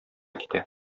китә